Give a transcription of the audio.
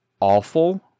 awful